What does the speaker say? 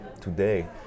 today